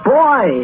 boy